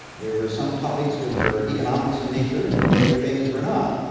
there were some topics which were economics in nature and other things were not.